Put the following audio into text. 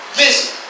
listen